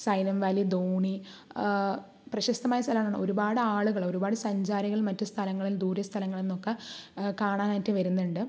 silent Valley Dhoni പ്രശസ്തമായ സ്ഥലങ്ങളാണ് ഒരുപാട് ആളുകൾ ഒരുപാട് സഞ്ചാരികൾ മറ്റ് സ്ഥലങ്ങളിൽ ദൂരെ സ്ഥലങ്ങളിൽ നിന്നൊക്കെ കാണാനായിട്ട് വരുന്നുണ്ട്